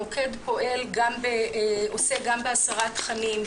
המוקד עוסק גם בהסרת תכנים,